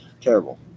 terrible